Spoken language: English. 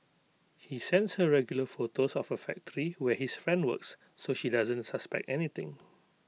he sends her regular photos of A factory where his friend works so she doesn't suspect anything